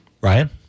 Ryan